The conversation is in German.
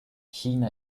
china